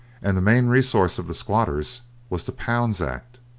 and the main resource of the squatters was the pounds act.